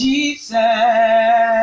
Jesus